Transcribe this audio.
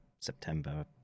September